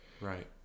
right